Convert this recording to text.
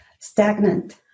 stagnant